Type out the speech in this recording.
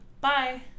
Bye